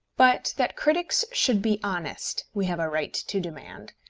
but that critics should be honest we have a right to demand,